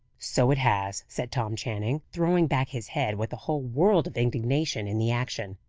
so it has, said tom channing, throwing back his head with a whole world of indignation in the action.